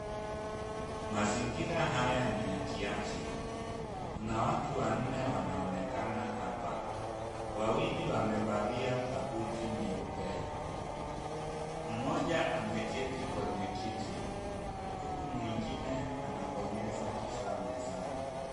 Mazingira haya ni ya kiafya. Kuna watu wanne wanaonekana hapa. Wawili wamevalia kabuti nyeupe. Mmoja ameketi kwenye kiti huku mwingine anabonyeza kifaa mezani.